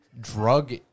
drug